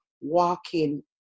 walking